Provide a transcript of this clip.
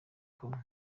kumwe